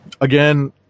Again